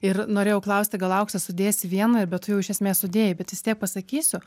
ir norėjau klausti gal auksė sudės į vieną bet tu jau iš esmės sudėjai bet vis tiek pasakysiu